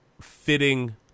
fitting